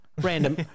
random